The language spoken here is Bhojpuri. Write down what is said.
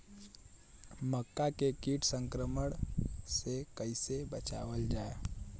मक्का के कीट संक्रमण से कइसे बचावल जा?